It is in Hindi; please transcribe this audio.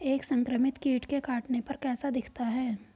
एक संक्रमित कीट के काटने पर कैसा दिखता है?